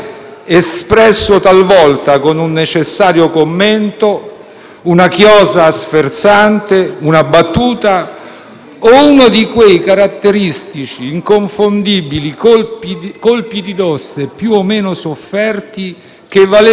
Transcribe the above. una chiosa sferzante, una battuta o uno di quei caratteristici e inconfondibili colpi di tosse, più o meno sofferti, che valevano quasi sempre più di un lungo editoriale.